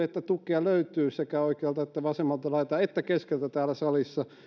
että siihen tukea löytyy sekä oikealta ja vasemmalta laidalta että keskeltä täällä salissa